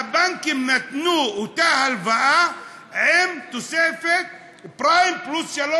הבנקים נתנו אותה הלוואה עם תוספת פריים פלוס 3,